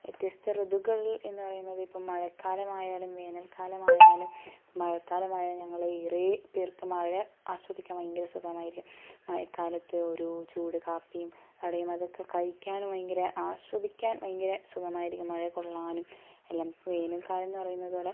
വ്യത്യസ്ത ഋതുക്കൾ എന്നു പറയുന്നത് ഇപ്പം മഴക്കാലമായാലും വേനൽക്കാലമായാലും മഴക്കാലമായാലും ഞങ്ങൾ ഏറെ പേർക്ക് മഴ ആസ്വദിക്കാൻ ഭയങ്കര സുഖമായിരിക്കും മഴക്കാലത്ത് ഒരു ചൂട് കാപ്പിയും വടയും അതൊക്കെ കഴിക്കാനും ഭയങ്കര ആസ്വദിക്കാൻ ഭയങ്കര സുഖമായിരിക്കും മഴ കൊള്ളാനും എല്ലാം വേനൽക്കാലം എന്ന് പറയുന്നതുപോലെ